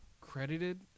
credited